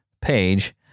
page